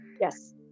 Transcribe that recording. Yes